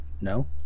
No